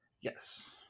yes